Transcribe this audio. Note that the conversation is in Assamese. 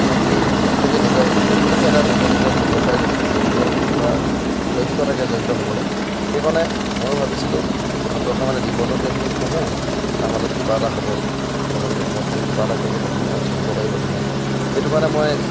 মানে কি প্ৰত্যেকেই নিজৰ প্ৰত্যেকেই এটা নিজৰ নিজৰ ব্যৱসায়ত জড়িত বা লক্ষ্য থাকে জড়িত হ'বলৈ সেইকাৰণে ময়ো ভাবিছিলোঁ ব্যৱসায় মানে জীৱ জন্তু এইখিনি পোহো তাৰ মাজত কিবা এটা হ'ব লগে লগে ঘৰখন কিবা এটা কৰিব পাৰিব ঘৰখন চলিব পাৰিব ধুনীয়াকৈ সেইটো কাৰণে মই